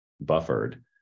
buffered